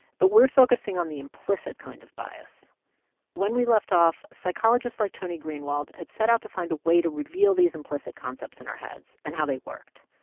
but we're focusing on the implicit kind of bias when we left off, psychologists like tony greenwald had set out to find a way to reveal these implicit concepts in our heads and how they worked.